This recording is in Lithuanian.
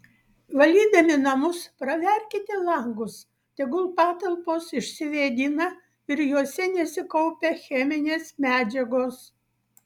valydami namus praverkite langus tegul patalpos išsivėdina ir jose nesikaupia cheminės medžiagos